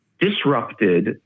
disrupted